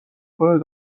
کنه